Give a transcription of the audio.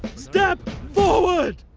step forward!